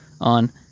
on